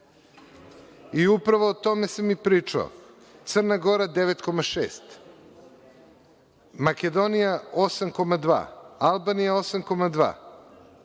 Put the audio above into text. Upravo o tome sam pričao. Crna Gora 9,6, Makedonija 8,2, Albanija 8,2,